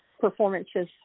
performances